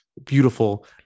Beautiful